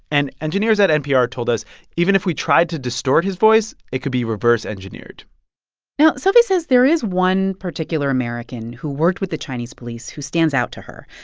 and engineers at npr told us even if we tried to distort his voice, it could be reverse engineered now, sophie says there is one particular american who worked with the chinese police who stands out to her.